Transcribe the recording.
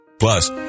Plus